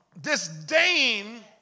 disdain